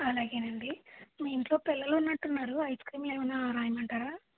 అలాగేనండి మీ ఇంట్లో పిల్లలు ఉన్నట్టున్నారు ఐస్క్రీమ్లు ఏమన్నా రాయమంటారా